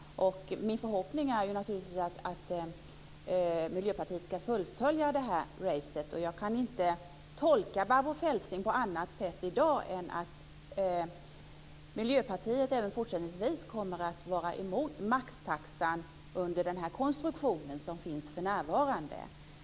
Min förhoppning är naturligtvis att Miljöpartiet ska fullfölja racet. Jag kan inte tolka Barbro Feltzing på annat sätt i dag än att Miljöpartiet även fortsättningsvis kommer att vara emot maxtaxan under den konstruktion som finns för närvarande.